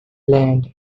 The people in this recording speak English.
land